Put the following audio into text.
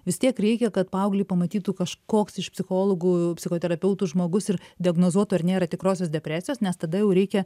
vis tiek reikia kad paauglį pamatytų kažkoks iš psichologų psichoterapeutų žmogus ir diagnozuotų ar nėra tikrosios depresijos nes tada jau reikia